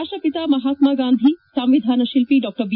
ರಾಷ್ಟಪಿತ ಮಹಾತ್ಮ ಗಾಂಧಿ ಸಂವಿಧಾನ ಶಿಲ್ಪಿ ಡಾ ಬಿ